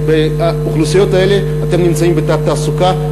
באוכלוסיות האלה אתם נמצאים בתת-תעסוקה,